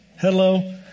hello